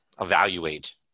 evaluate